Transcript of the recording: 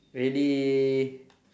maybe